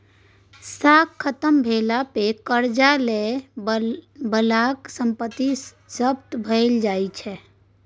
साख खत्म भेला पर करजा लए बलाक संपत्ति जब्त भए जाइ छै